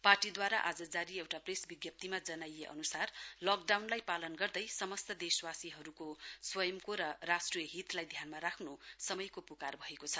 पार्टीद्वारा आज जारी एउटा प्रेस विज्ञप्तीमा जनाइए अनुसार लकडाउनलाई पालन गर्दै समस्त देशवासीहरुको स्वयंको र राष्ट्रिय हितलाई ध्यानमा राख्न समयको पुकार भएको छ